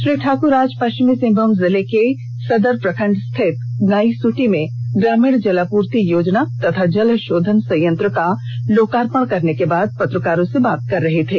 श्री ठाकुर आज पश्चिमी सिंहभूम जिले के सदर प्रखंड स्थित गाईसुटी में ग्रामीण जलापूर्ति योजना तथा जल शोधन संयंत्र का लोकार्पण करने के बाद पत्रकारों से बात कर रहे थे